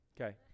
Okay